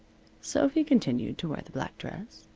sophy continued to wear the black dress.